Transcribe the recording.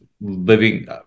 living